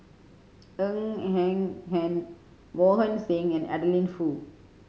Ng Eng Hen Mohan Singh and Adeline Foo